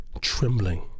trembling